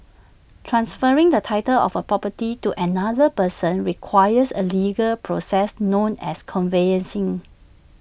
transferring the title of A property to another person requires A legal process known as conveyancing